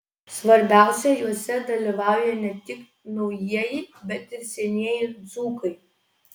svarbiausia juose dalyvauja ne tik naujieji bet ir senieji dzūkai